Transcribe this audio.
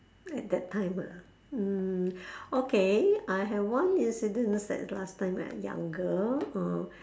at that time ah mm okay I have one incident that last time I younger